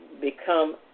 become